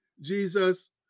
Jesus